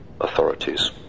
authorities